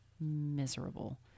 miserable